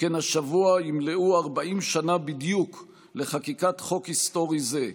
שכן השבוע ימלאו 40 שנה בדיוק לחקיקת חוק היסטורי זה,